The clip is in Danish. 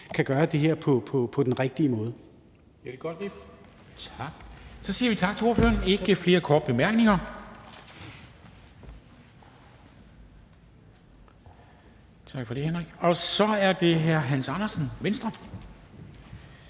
kan gøre det her på den rigtige måde.